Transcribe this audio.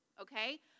okay